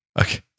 Okay